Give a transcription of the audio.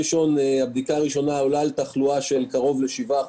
הבדיקה הראשונה עולה על תחלואה של קרוב ל-7%,